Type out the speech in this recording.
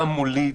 מה מוליד